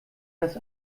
das